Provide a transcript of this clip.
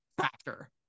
factor